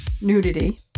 nudity